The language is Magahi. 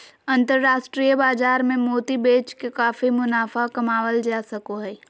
अन्तराष्ट्रिय बाजार मे मोती बेच के काफी मुनाफा कमावल जा सको हय